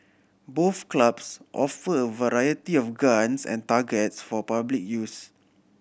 both clubs offer a variety of guns and targets for public use